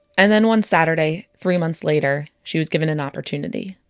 and then one saturday, three months later, she was given an opportunity.